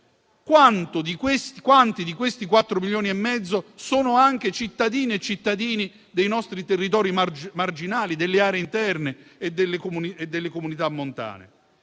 quanti di questi 4,5 milioni sono anche cittadini e cittadine dei nostri territori marginali, delle aree interne e delle comunità montane?